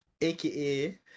aka